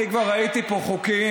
אני כבר ראיתי פה חוקים,